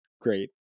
great